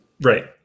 right